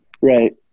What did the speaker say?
right